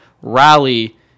rally